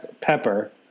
pepper